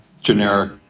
generic